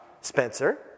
Spencer